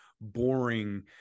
boring